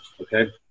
okay